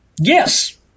Yes